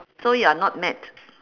so you're not mad